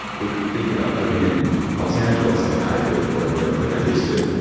would think about living in los angeles like i do. or new york like i used to.